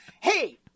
hey